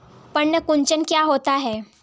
पर्ण कुंचन क्या होता है?